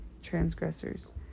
transgressors